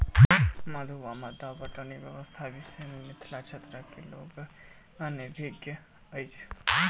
मद्दु वा मद्दा पटौनी व्यवस्थाक विषय मे मिथिला क्षेत्रक लोक अनभिज्ञ अछि